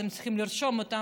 אז הם צריכים לרשום אותם,